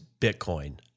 Bitcoin